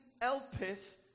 Elpis